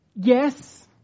Yes